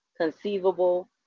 conceivable